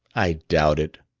i doubt it,